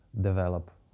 develop